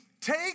take